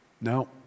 No